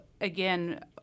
again